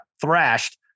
thrashed